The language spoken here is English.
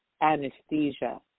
anesthesia